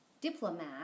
diplomat